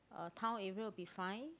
uh town area will be fine